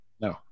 no